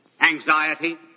Anxiety